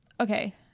okay